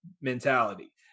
mentality